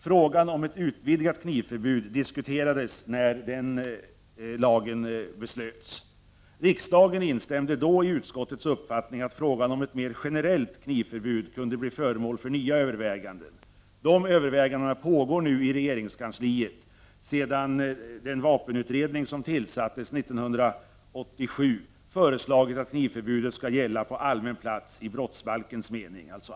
Frågan om att utvidga knivförbudet diskuterades när den lagen beslöts. Riksdagen instämde i utskottets uppfattning att frågan om ett mer generellt knivförbud kunde bli föremål för nya överväganden. Dessa överväganden pågår nu i regeringskansliet sedan den vapenutredning som tillsattes 1987 har föreslagit att knivförbudet skall gälla på allmän plats i brottsbalkens mening.